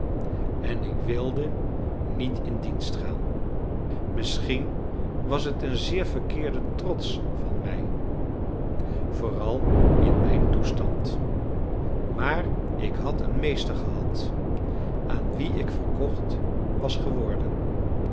en ik wilde niet in dienst gaan misschien was het een zeer verkeerde trots van mij vooral in mijn toestand maar ik had een meester gehad aan wien ik verkocht was geworden